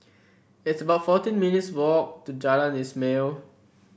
it's about fourteen minutes' walk to Jalan Ismail